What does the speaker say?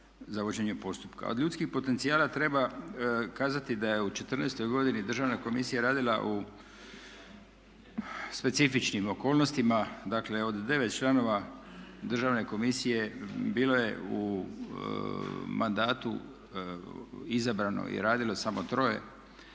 za vođenje postupka. Od ljudskih potencijala treba kazati da je u četrnaestoj godini Državna komisija radila u specifičnim okolnostima, dakle od 9 članova Državne komisije bilo je u mandatu izabrano i radilo samo troje,